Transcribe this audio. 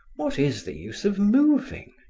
what is the use of moving,